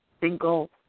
single